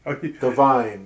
divine